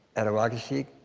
ettawageshik.